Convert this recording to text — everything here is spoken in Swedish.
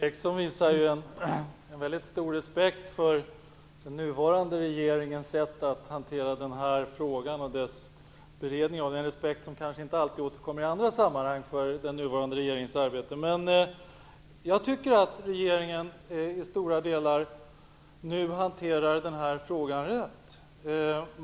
Fru talman! Ingvar Eriksson visar en mycket stor respekt för den nuvarande regeringens sätt att hantera den frågan och beredningen av den. Det är en respekt för den nuvarande regeringens arbete som kanske inte alltid återkommer i andra sammanhang. Jag tycker att regeringen i stora delar nu hanterar den här frågan rätt.